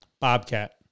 Bobcat